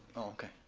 okay.